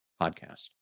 podcast